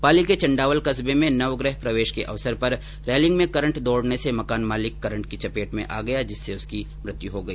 पाली के चंडावल कस्बे में नवगृह प्रवेश के अवसर पर रैलिंग में करंट दौडने से मकान मालिक करंट की चपेट में आ गया जिससे उसकी मौत हो गई